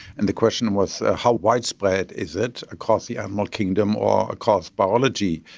and the question was how widespread is it across the animal kingdom or across biology.